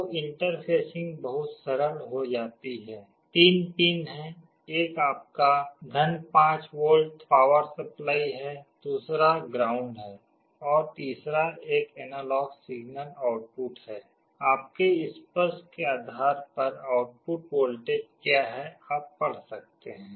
तो इंटरफेसिंग बहुत सरल हो जाती है तीन पिन हैं एक आपका 5 वोल्ट पावर सप्लाई है दूसरा ग्राउंड है और तीसरा एक एनालॉग सिग्नल आउटपुट है आपके स्पर्श के आधार पर आउटपुट वोल्टेज क्या है आप पढ़ सकते हैं